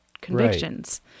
convictions